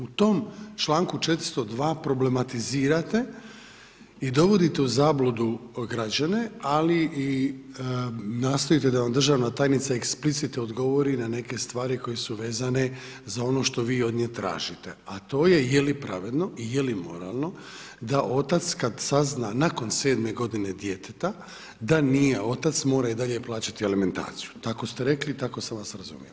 U tom čl. 402. problematizirate i dovodite u zabludu građane, ali i nastojite da vam državna tajnica eksplicite odgovori na neke stvari koje su vezane za ono što vi od nje tražite, a to je je li pravedno, je li moralno da otac kad sazna nakon sedme godine djeteta da nije otac, mora i dalje plaćat alimentaciju, tako ste rekli i tako sam vas razumio.